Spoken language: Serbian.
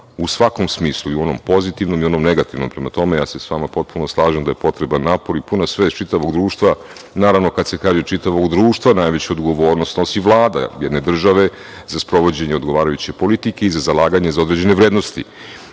u svakom smislu, i u onom pozitivnom i u onom negativnom. Prema tome, ja se sa vama potpuno slažem da je potreban napor i puna svest čitavog društva. Naravno, kad se kaže čitavog društva najveću odgovornost snosi Vlada jedne države za sprovođenje odgovarajuće politike i za zalaganje za određene vrednosti. Verujem